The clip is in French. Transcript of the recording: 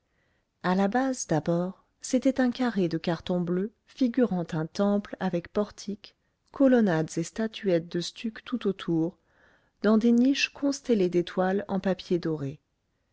à la base d'abord c'était un carré de carton bleu figurant un temple avec portiques colonnades et statuettes de stuc tout autour dans des niches constellées d'étoiles en papier doré